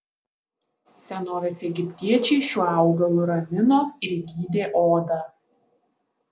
senovės egiptiečiai šiuo augalu ramino ir gydė odą